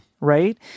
right